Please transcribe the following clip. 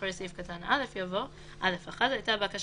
אחרי סעיף קטן (א) יבוא: "(א1)הייתה הבקשה